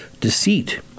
deceit